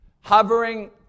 hovering